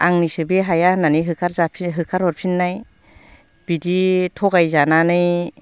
आंनिसो बे हाया होननानै होखार जाफिन होखार हरफिननाय बिदि थगाय जानानै